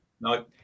No